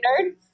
nerd